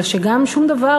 אלא שגם שום דבר,